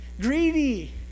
greedy